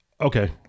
Okay